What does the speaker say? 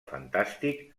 fantàstic